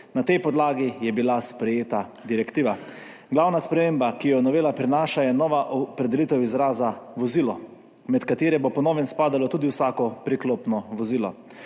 Na tej podlagi je bila sprejeta direktiva. Glavna sprememba, ki jo prinaša novela, je nova opredelitev izraza vozilo, kamor bo po novem spadalo tudi vsako priklopno vozilo.